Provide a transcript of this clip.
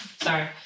Sorry